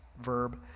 verb